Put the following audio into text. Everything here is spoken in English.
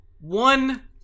One